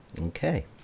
Okay